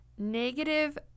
Negative